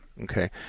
Okay